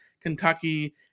Kentucky